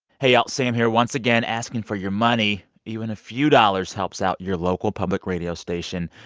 hey, y'all. sam here once again asking for your money even a few dollars helps out your local public radio station,